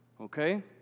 okay